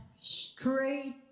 Straight